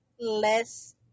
less